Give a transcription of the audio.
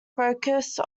focus